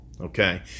okay